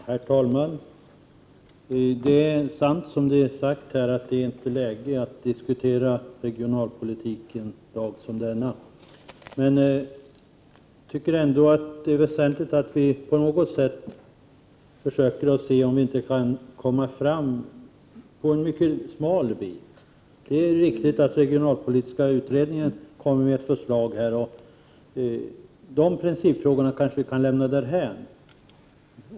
Herr talman! Det är sant som sagts här i dag att det inte är läge att diskutera regionalpolitik en dag som denna. Det är ändå väsentligt att vi försöker komma fram en liten bit. Det är riktigt att regionalpolitiska utredningen kommer med förslag, så principfrågorna kanske vi kan lämna därhän.